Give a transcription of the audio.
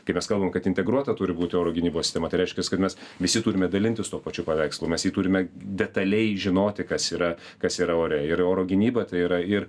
kai mes kalbam kad integruota turi būti oro gynybos sistema tai reiškias kad mes visi turime dalintis tuo pačiu paveikslu mes jį turime detaliai žinoti kas yra kas yra ore ir oro gynyba tai yra ir